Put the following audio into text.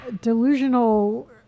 delusional